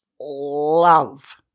love